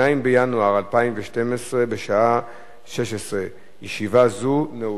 2 בינואר 2012, בשעה 16:00. ישיבה זו נעולה.